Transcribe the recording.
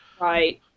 Right